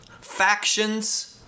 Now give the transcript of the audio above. factions